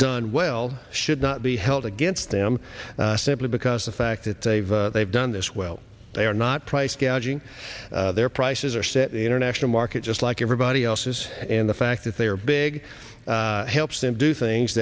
done well should not be held against them simply because the fact that they've they've done this well they are not price gouging their prices are set in the international market just like everybody else is and the fact that they are big helps them do things